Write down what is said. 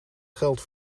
geld